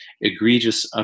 egregious